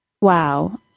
Wow